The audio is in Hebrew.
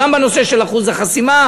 גם בנושא של אחוז החסימה,